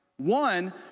One